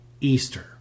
Easter